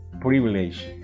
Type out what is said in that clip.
privilege